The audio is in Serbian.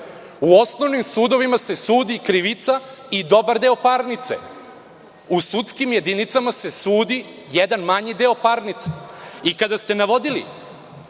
osnovnim sudovima se sudi krivica i dobar deo parnice. U sudskim jedinicama se sudi jedan manji deo parnice i kada ste navodili